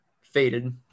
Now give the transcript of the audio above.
faded